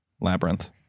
labyrinth